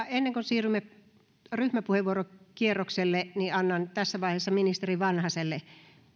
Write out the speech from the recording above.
ennen kuin siirrymme ryhmäpuheenvuorokierrokselle niin annan tässä vaiheessa ministeri vanhaselle